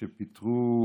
כשפיטרו